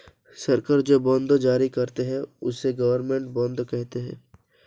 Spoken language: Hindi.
सरकार जो बॉन्ड जारी करती है, उसे गवर्नमेंट बॉन्ड कहते हैं